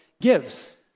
gives